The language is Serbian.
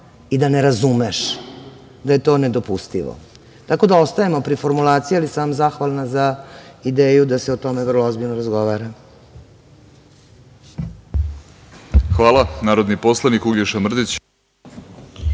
i da ne razumeš da je to nedopustivo. Tako da, ostajemo pri formulaciji, ali sam zahvalna za ideju da se o tome vrlo ozbiljno razgovara. **Vladimir Orlić** Hvala. Narodni poslanik Uglješa Mrdić